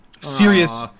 Serious